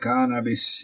Cannabis